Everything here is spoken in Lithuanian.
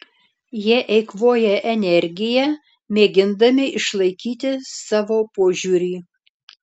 jie eikvoja energiją mėgindami išlaikyti savo požiūrį